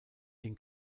den